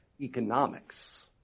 economics